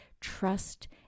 trust